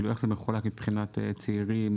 איך זה מחולק מבחינת צעירים,